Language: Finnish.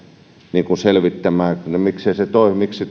kohdalla asiaa selvittämään miksi